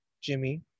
Jimmy